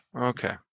Okay